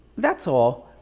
that's all.